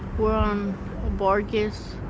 um bargas,